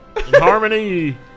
Harmony